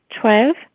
Twelve